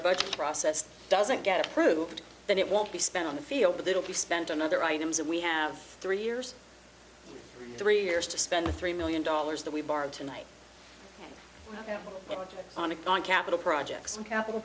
budget process doesn't get approved that it won't be spent on the field with little be spent on other items and we have three years three years to spend the three million dollars that we borrowed tonight and on and on capital projects and capital